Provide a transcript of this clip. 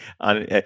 on